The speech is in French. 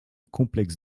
complexe